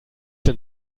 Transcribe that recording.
denn